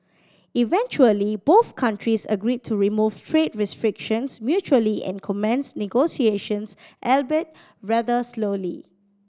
eventually both countries agreed to remove trade restrictions mutually and commence negotiations albeit rather slowly